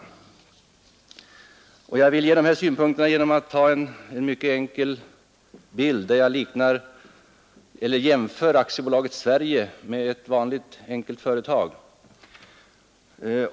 Mina synpunkter vill jag framföra genom att ta en mycket enkel bild, där jag jämför Aktiebolaget Sverige med ett vanligt enkelt företag.